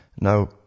Now